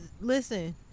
Listen